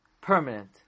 permanent